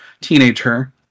teenager